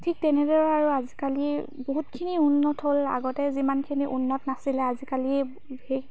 ঠিক তেনেদৰে আৰু আজিকালি বহুতখিনি উন্নত হ'ল আগতে যিমানখিনি উন্নত নাছিলে আজিকালি সেই